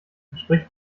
entspricht